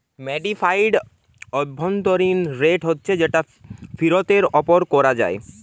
modified অভ্যন্তরীণ rate হচ্ছে যেটা ফিরতের উপর কোরা হয়